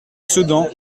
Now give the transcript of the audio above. sedan